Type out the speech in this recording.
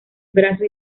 brazo